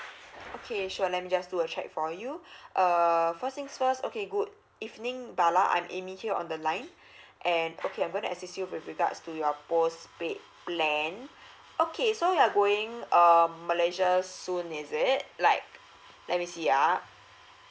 okay sure let me just do a check for you err first things first okay good evening bala I'm amy here on the line and okay I'm going to assist you with regards to your postpaid plan okay so you are going um malaysia soon is it like let me see ah